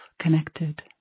connected